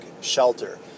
shelter